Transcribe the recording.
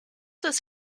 was